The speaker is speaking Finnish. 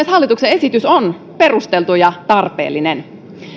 hallituksen esitys on perusteltu ja tarpeellinen